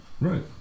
Right